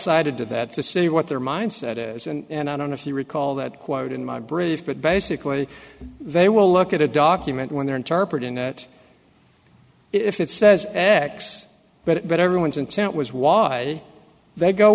cited to that to see what their mindset is and i don't know if you recall that quote in my brief but basically they will look at a document when they're interpret innit if it says x but everyone's intent was why they go